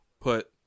put